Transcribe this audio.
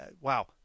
wow